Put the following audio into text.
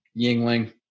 yingling